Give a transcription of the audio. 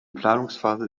planungsphase